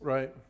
Right